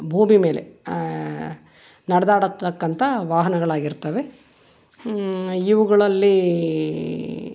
ಭೂಮಿ ಮೇಲೆ ನಡೆದಾಡತಕ್ಕಂಥ ವಾಹನಗಳಾಗಿರ್ತವೆ ಇವುಗಳಲ್ಲೀ